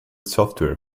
software